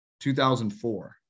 2004